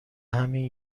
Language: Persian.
همین